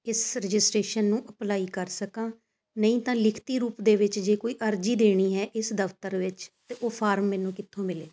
ਇਸ ਰਜਿਸਟ੍ਰੇਸ਼ਨ ਨੂੰ ਅਪਲਾਈ ਕਰ ਸਕਾਂ ਨਹੀਂ ਤਾਂ ਲਿਖਤੀ ਰੂਪ ਦੇ ਵਿੱਚ ਜੇ ਕੋਈ ਅਰਜੀ ਦੇਣੀ ਹੈ ਇਸ ਦਫਤਰ ਵਿੱਚ ਤਾਂ ਉਹ ਫਾਰਮ ਮੈਨੂੰ ਕਿੱਥੋਂ ਮਿਲੇਗਾ